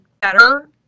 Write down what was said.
better